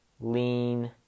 lean